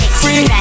free